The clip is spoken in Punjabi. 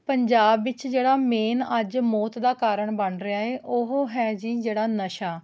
ਪੰਜਾਬ ਵਿੱਚ ਜਿਹੜਾ ਮੇਨ ਅੱਜ ਮੌਤ ਦਾ ਕਾਰਨ ਬਣ ਰਿਹਾ ਏ ਉਹ ਹੈ ਜੀ ਜਿਹੜਾ ਨਸ਼ਾ